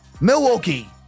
Milwaukee